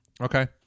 Okay